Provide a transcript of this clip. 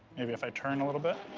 maybe if i turn a little bit.